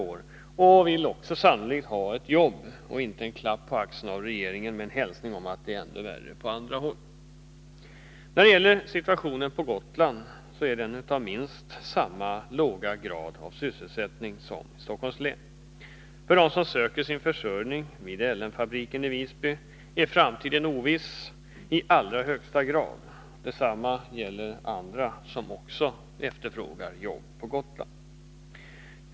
De vill sannolikt ha jobb, inte en klapp på axeln av regeringen med en hälsning om att det är ändå värre på andra håll. Situationen på Gotland präglas av minst lika låg grad av sysselsättning som i Stockholms län. För dem som söker sin försörjning vid L M E-fabriken i Visby är framtiden i allra högsta grad oviss. Detsamma gäller andra som efterfrågar jobb på Gotland.